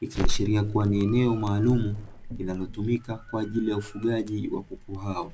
ikiashiria kuwa ni eneo maalumu, linalotumika kwa ajili ya ufugaji wa kuku hao.